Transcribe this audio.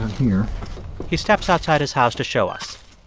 here he steps outside his house to show us.